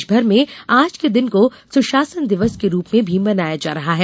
देशभर में आज के दिन को सुशासन दिवस के रूप में भी मनाया जा रहा है